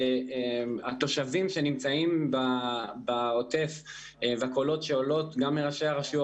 התושבים שנמצאים בעוטף והקולות שעולים גם מראשי הרשויות